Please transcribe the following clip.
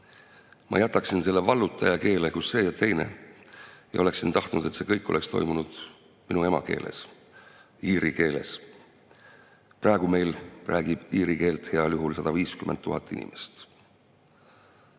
ma jätaksin selle vallutaja keele kus see ja teine ja oleksin tahtnud, et see kõik oleks toimunud minu emakeeles, iiri keeles. Praegu meil räägib iiri keelt heal juhul 150 000 inimest.